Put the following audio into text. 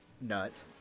Nut